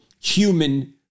human